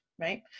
right